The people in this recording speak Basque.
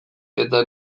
eta